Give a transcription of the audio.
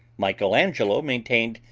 michael angelo maintained,